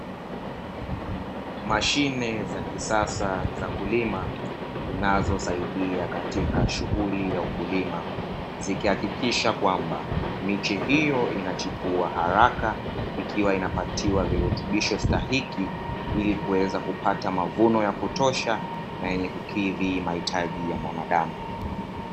Mashine za kisasa za kulima zinazosaidia katika shughuli ya ukulima, zikihakikisha kwamba miche hiyo inachipua haraka ikiwa inapatiwa virutubisho stahiki, ili kuweza kupata mavuno ya kutosha na yenye kukikidhi mahitaji ya mwanadamu.